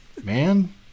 man